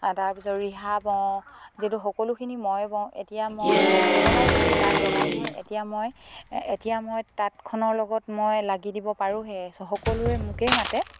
তাৰপিছত ৰিহা বওঁ যিহেতু সকলোখিনি ময়ে বওঁ এতিয়া মই কোনোবাই যদি তাঁত লগাই নহয় এতিয়া মই এতিয়া মই তাঁতখনৰ লগত মই লাগি দিব পাৰোহে সকলোৱে মোকেই মাতে